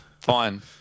fine